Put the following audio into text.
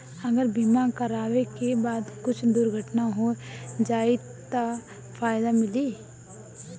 अगर बीमा करावे के बाद कुछ दुर्घटना हो जाई त का फायदा मिली?